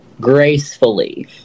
gracefully